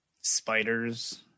spiders